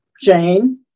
Jane